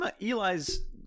Eli's